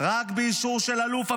רק באישור של אלוף הפיקוד,